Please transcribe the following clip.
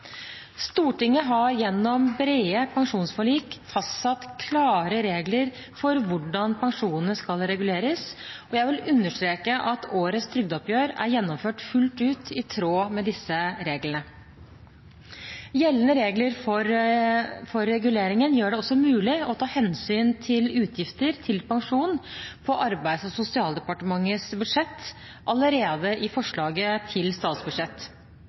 Stortinget har gjennom brede pensjonsforlik fastsatt klare regler for hvordan pensjonene skal reguleres, og jeg vil understreke at årets trygdeoppgjør er gjennomført fullt ut i tråd med disse reglene. Gjeldende regler for reguleringen gjør det også mulig å ta hensyn til utgifter til pensjon på Arbeids- og sosialdepartementets budsjett allerede i forslaget til statsbudsjett.